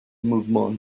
mouvement